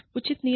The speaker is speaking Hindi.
उचित नियम